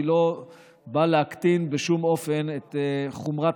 אני לא בא להקטין בשום אופן את חומרת